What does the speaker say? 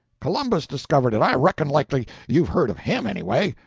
columbus discovered it i reckon likely you've heard of him, anyway.